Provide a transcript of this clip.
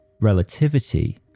relativity